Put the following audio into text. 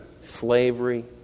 slavery